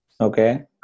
Okay